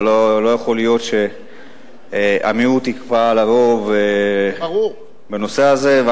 אבל לא יכול להיות שהמיעוט יקבע לרוב בנושא הזה.